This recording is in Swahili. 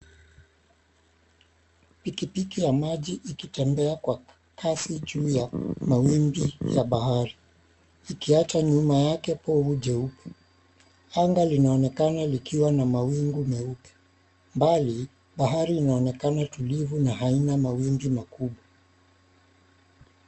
Pikipiki ya maji ikitembea kwa Kasi juu ya mawimbi ya bahari , 𝑖kiacha nyuma yake pofu jeupe. Anga linaonekana likiwa na mawingu meupe . Mbali, bahari linaonekana tulivu na haina maw𝑖𝑚𝑏𝑖 makubwa.